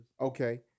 Okay